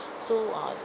so uh